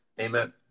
Amen